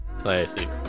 Classic